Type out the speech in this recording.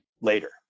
later